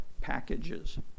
packages